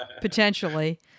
potentially